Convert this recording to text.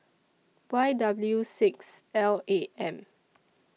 Y W six L A M